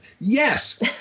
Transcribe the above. Yes